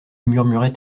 murmurait